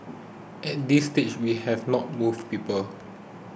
at this stage we have not moved people